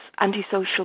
antisocial